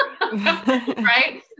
right